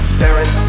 Staring